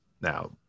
Now